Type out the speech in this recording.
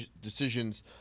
decisions